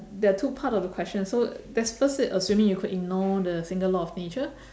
there are two part of the question so that's first said assuming you could ignore a single law of nature